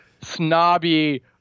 snobby